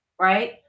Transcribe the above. Right